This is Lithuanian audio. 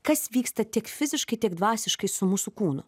kas vyksta tiek fiziškai tiek dvasiškai su mūsų kūnu